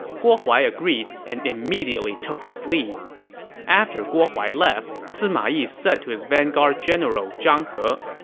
guo huai agreed and immediately took his leave after guo huai left, sima yi said to his vanguard general zhang he,